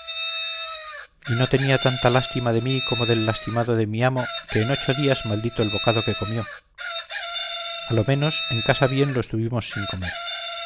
y no tenía tanta lástima de mí como del lastimado de mi amo que en ocho días maldito el bocado que comió a lo menos en casa bien lo estuvimos sin comer